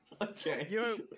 okay